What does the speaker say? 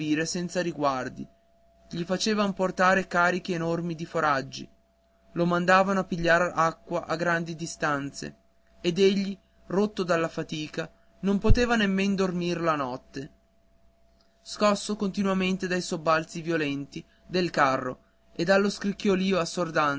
senza riguardi gli facevan portare carichi enormi di foraggi lo mandavan a pigliar acqua a grandi distanze ed egli rotto dalla fatica non poteva neanche dormire la notte scosso continuamente dai sobbalzi violenti del carro e dallo scricchiolìo